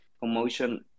promotion